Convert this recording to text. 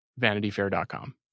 VanityFair.com